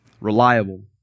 reliable